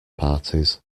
parties